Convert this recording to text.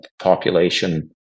population